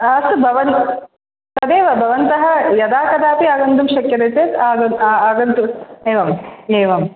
अस्तु भवन्तः तदेव भवन्तः यदा कदापि आगन्तुं शक्यते चेत् आगन् आगन्तु एवम् एवम्